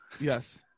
Yes